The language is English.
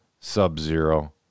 Sub-Zero